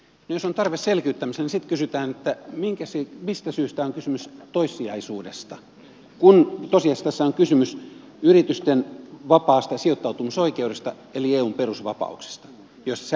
no jos on tarve selkiyttämiselle niin sitten kysytään mistä syystä on kysymys toissijaisuudesta kun tosiasiassa tässä on kysymys yritysten vapaasta sijoittautumisoikeudesta eli eun perusvapauksista joista säädetään eu tasolla